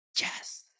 Yes